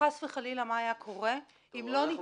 וחס וחלילה מה היה קורה אם לא היה ניתן